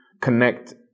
connect